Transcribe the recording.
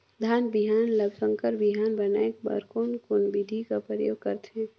धान बिहान ल संकर बिहान बनाय बर कोन कोन बिधी कर प्रयोग करथे?